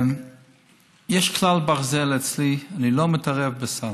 יש כלל ברזל אצלי, אני לא מתערב בסל.